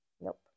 Nope